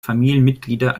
familienmitglieder